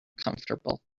comfortable